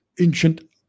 ancient